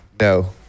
No